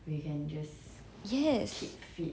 yes